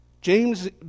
James